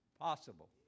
possible